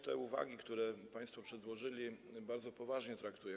Te uwagi, które państwo przedłożyli, bardzo poważnie traktuję.